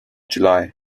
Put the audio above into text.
july